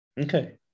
Okay